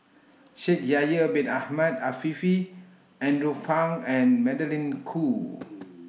Shaikh Yahya Bin Ahmed Afifi Andrew Phang and Magdalene Khoo